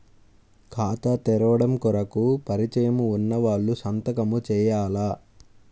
ఖాతా తెరవడం కొరకు పరిచయము వున్నవాళ్లు సంతకము చేయాలా?